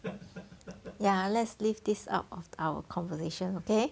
ya let's leave this out of our conversation okay